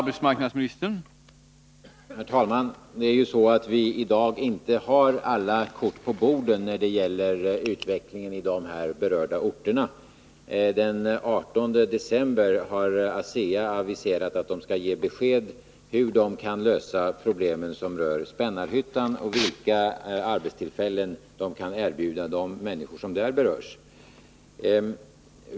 Herr talman! Det är ju så att vi i dag inte har alla korten på bordet när det gäller utvecklingen i de här berörda orterna. ASEA har aviserat att man den 18 december skall ge besked om hur företaget kan lösa de problem som rör Spännarhyttan och vilka arbetstillfällen som kan erbjudas de människor som där berörs.